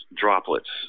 droplets